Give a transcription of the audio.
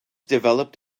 developed